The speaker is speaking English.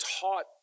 taught